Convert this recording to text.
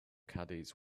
caddies